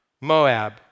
Moab